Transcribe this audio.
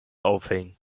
aufhängen